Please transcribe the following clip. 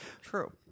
True